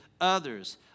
others